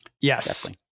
Yes